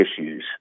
issues